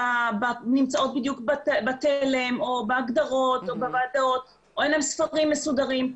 נמצאות בדיוק בתלם או בהגדרות או בוועדות או אין להם ספרים מסודרים,